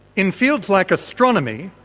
in fields like astronomy,